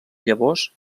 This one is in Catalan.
llavors